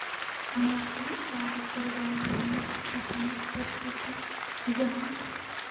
मौसम आर जलवायु युत की प्रमुख तत्व की जाहा?